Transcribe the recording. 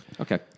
Okay